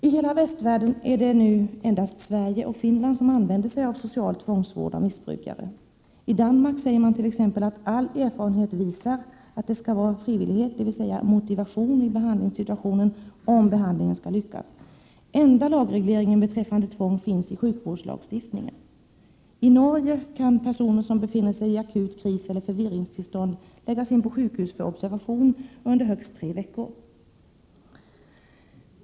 I hela västvärlden är det nu endast Sverige och Finland som använder sig av social tvångsvård av missbrukare. I Danmark säger man t.ex. att all erfarenhet visar att det skall vara frivillighet, dvs. motivation i behandlingssituationen, om behandlingen skall lyckas. Enda lagregleringen beträffande tvång finns i sjukvårdslagstiftningen. I Norge kan personer som befinner sig i akut kris eller förvirringstillstånd läggas in på sjukhus för observation under högst tre veckor.